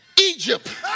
Egypt